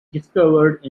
discovered